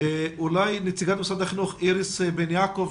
אולי נציגת משרד החינוך איריס בן יעקב,